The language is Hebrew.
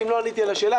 ואם לא עניתי על השאלה,